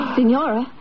Signora